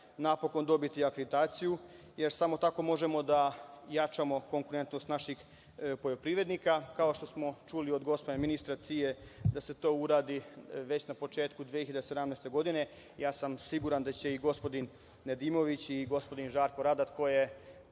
napokon dobiti akreditaciju, jer samo tako možemo da jačamo konkurentnost naših poljoprivrednika. Kao što smo čuli od gospodina ministra, cilj je da se to uradi već na početku 2017. godine. Ja sam siguran da će i gospodin Nedimović i gospodin Žarko Radat, koji